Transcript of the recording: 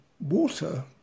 water